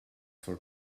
for